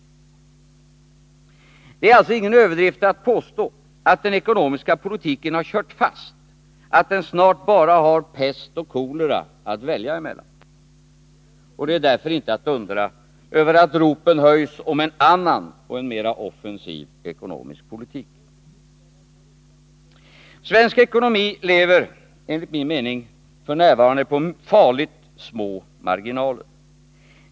Det är alltså ingen överdrift att påstå att den ekonomiska politiken har kört fast, att den snart bara har pest och kolera att välja emellan. Det är därför inte att undra över att ropen höjs om en annan och en mera offensiv, Svensk ekonomi lever enligt min mening f. n. med farligt små marginaler.